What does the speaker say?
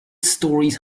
stories